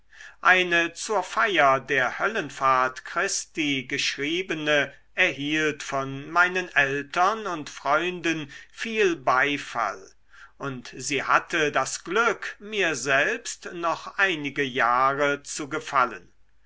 eine zur feier der höllenfahrt christi geschriebene erhielt von meinen eltern und freunden viel beifall und sie hatte das glück mir selbst noch einige jahre zu gefallen